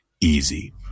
easy